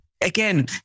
again